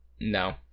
no